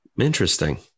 Interesting